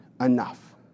enough